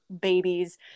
babies